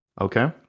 Okay